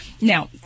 Now